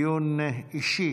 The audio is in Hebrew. דיון אישי